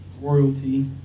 royalty